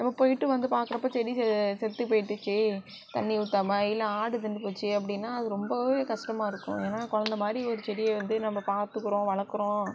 நம்ம போயிட்டு வந்து பார்க்குறப்ப செடி செத்து போயிடுச்சு தண்ணி ஊற்றாம இல்லை ஆடு தின்று போச்சு அப்படினா அது ரொம்பவே கஷ்டமாக இருக்கும் ஏன்னால் குழந்த மாதிரி ஒரு செடியை வந்து நம்ம பார்த்துக்குறோம் வளர்க்குறோம்